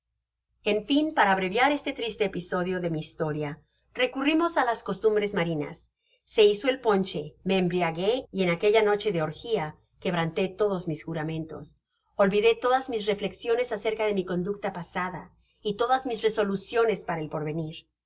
en fin para abreviar este triste episodio de mi historia recurrimos á las costumbres marinas se hizo el ponche me embriagué y en aquella noche de orgía quebranté tedes mis juramentos olvidé todas mis reflexiones acerca de mi conducta pasada y todas mis resoluciones para el porvenir